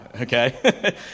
Okay